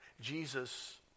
Jesus